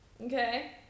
Okay